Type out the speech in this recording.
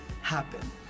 happen